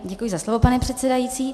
Děkuji za slovo, pane předsedající.